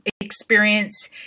experience